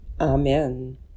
Amen